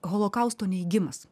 holokausto neigimas